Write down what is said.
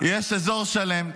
יש אזור שלם,